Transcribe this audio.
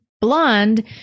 blonde